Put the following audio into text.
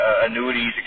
annuities